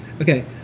okay